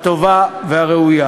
הטובה והראויה.